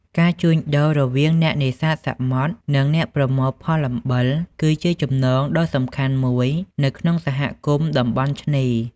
ការជួញដូររវាងអ្នកនេសាទសមុទ្រ និងអ្នកប្រមូលផលអំបិល គឺជាចំណងដ៏សំខាន់មួយនៅក្នុងសហគមន៍នៅតាមតំបន់ឆ្នេរ។